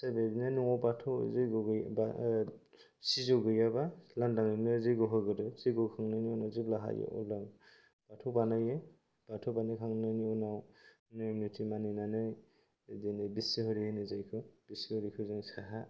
सोरबाया बिदिनो न'आव बाथौ जायगायाव बा सिजौ गैयाबा लानदाङैनो जय्ग होग्रोयो जय्ग होखांनायनि उनाव जेब्ला हायो अब्ला बाथौ बानायो बाथौ बानायखांनायनि उनाव नियम निथि मानिनानै बिदिनो बिस'हरि होनो जों बिखौ बिस'हरिखौ जों साहा